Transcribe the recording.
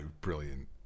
brilliant